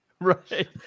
Right